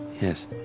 Yes